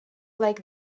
like